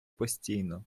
постійно